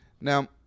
Now